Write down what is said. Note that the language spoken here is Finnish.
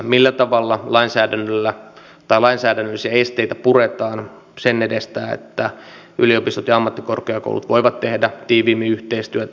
millä tavalla lainsäädännöllisiä esteitä puretaan sen edestä että yliopistot ja ammattikorkeakoulut voivat tehdä tiiviimmin yhteistyötä